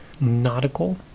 Nautical